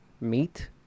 meat